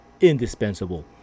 indispensable